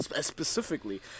specifically